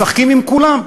משחקים עם כולם.